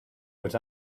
was